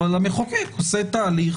אבל המחוקק עושה תהליך